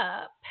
up